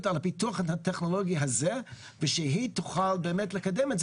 על הפיתוח הטכנולוגי הזה ושהיא תוכל לקדם את זה